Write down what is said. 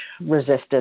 resistance